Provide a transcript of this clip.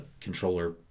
controller